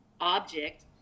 object